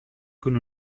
con